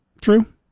True